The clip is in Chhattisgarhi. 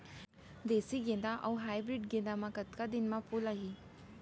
देसी गेंदा अऊ हाइब्रिड गेंदा म कतका दिन म फूल आही?